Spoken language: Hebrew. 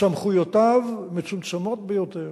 סמכויותיו מצומצמות ביותר.